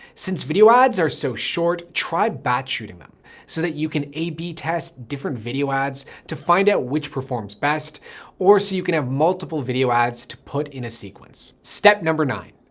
since video ads are so short, try batching them so that you can a b test different video ads to find out which performs best or so you can have multiple video ads to put in a sequence. step number nine.